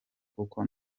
kuko